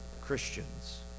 Christians